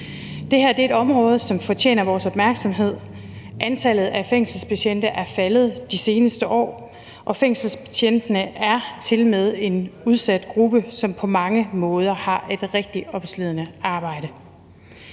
Det her er et område, som fortjener vores opmærksomhed. Antallet af fængselsbetjente er faldet de seneste år, og fængselsbetjentene er tilmed en udsat gruppe, som på mange måder har et rigtig opslidende arbejde.